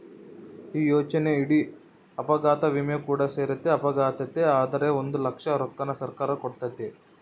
ಈ ಯೋಜನೆಯಡಿ ಅಪಘಾತ ವಿಮೆ ಕೂಡ ಸೇರೆತೆ, ಅಪಘಾತೆ ಆತಂದ್ರ ಒಂದು ಲಕ್ಷ ರೊಕ್ಕನ ಸರ್ಕಾರ ಕೊಡ್ತತೆ